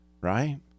right